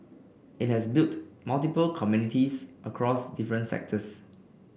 it has built multiple communities across different sectors